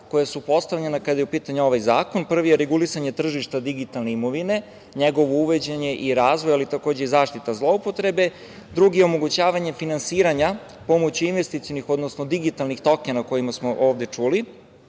koja su postavljena kada je u pitanju ovaj zakon. Prvi je regulisanje tržišta digitalne imovine, njegovo uvođenje i razvoj, ali takođe i zaštita zloupotrebe. Drugi je omogućavanje finansiranja pomoću investicionih, odnosno digitalnih tokena o kojima smo ovde čuli.